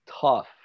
tough